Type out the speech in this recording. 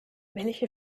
welche